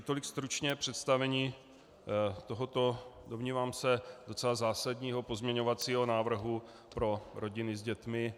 Tolik stručně představení tohoto, domnívám se, docela zásadního pozměňovacího návrhu pro rodiny s dětmi.